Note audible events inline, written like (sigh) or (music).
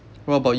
what about you (noise)